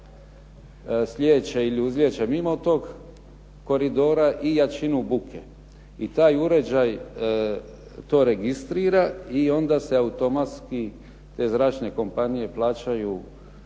slijeće ili uzlijeće mimo tog koridora i jačinu buke i taj uređaj to registrira i onda se automatski te zračne kompanije plaćaju